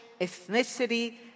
ethnicity